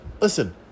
listen